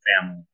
family